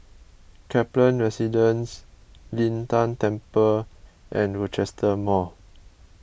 Kaplan Residence Lin Tan Temple and Rochester Mall